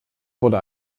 wurde